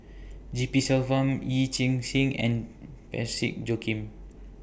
G P Selvam Yee Chia Hsing and Parsick Joaquim